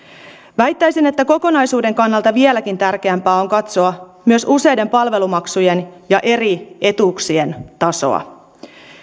väittäisin että kokonaisuuden kannalta vieläkin tärkeämpää on katsoa myös useiden palvelumaksujen ja eri etuuksien tasoa